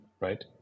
right